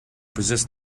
persist